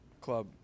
club